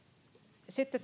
sitten